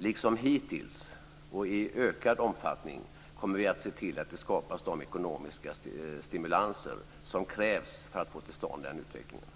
Liksom hittills och i ökad omfattning kommer vi att se till att de ekonomiska stimulanser som krävs för att få till stånd den utvecklingen